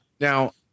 Now